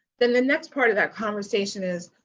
then the next part of that conversation is,